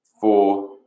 four